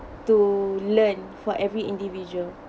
to learn for every individual